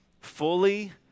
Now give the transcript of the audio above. Fully